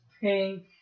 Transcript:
pink